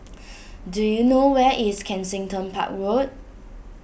do you know where is Kensington Park Road